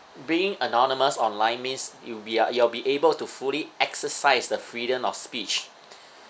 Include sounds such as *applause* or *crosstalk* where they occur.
being anonymous online means you'll be uh you'll be able to fully exercise the freedom of speech *breath*